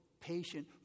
patient